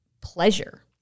pleasure